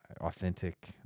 authentic